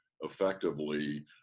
effectively